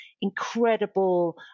incredible